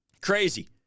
crazy